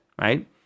right